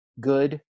good